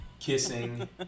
kissing